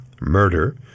murder